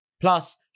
Plus